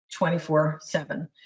24-7